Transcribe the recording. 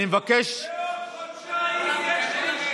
אני מבקש, בעוד חודשיים יש משפט.